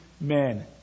men